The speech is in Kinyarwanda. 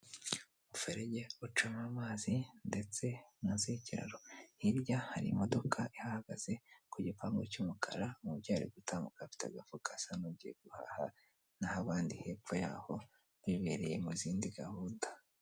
Umuferege ucamo amazi ndetse munsi y'ikiraro. Hirya hari imodoka ihahagaze ku gipangu cy'umukara, umubyeyi ari gutambuka afite agafuka asa nugiye guhaha. Naho abandi hepfo y'aho bibereye mu zindi gahunda.